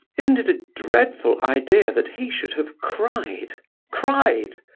isn't it a dreadful idea that he should have cried cried!